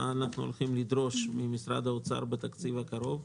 מה אנחנו הולכים לדרוש ממשרד האוצר בתקציב הקרוב,